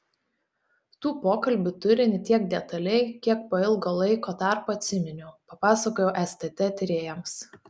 tų pokalbių turinį tiek detaliai kiek po ilgo laiko tarpo atsiminiau papasakojau stt tyrėjams